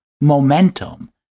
momentum